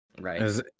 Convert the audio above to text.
right